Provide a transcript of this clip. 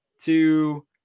two